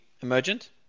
Emergent